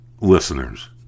listeners